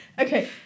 Okay